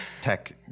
Tech